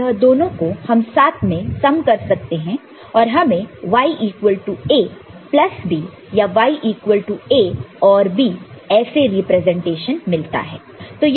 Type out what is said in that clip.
तो यह दोनों को हम साथ में सम कर सकते हैं और हमें Y equal to A plus B या Y equal to A OR B ऐसे रिप्रेजेंटेशन मिलता है